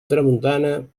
tramuntana